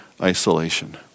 isolation